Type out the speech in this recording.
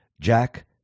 Jack